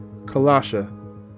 Kalasha